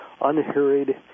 unhurried